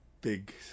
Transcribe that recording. big